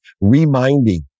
reminding